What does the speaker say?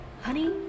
honey